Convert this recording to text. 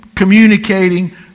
communicating